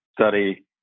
study